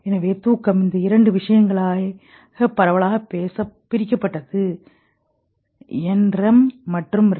எனவே தூக்கம் இந்த இரண்டு விஷயங்களாக பரவலாகப் பிரிக்கப்பட்டது NREM மற்றும் REM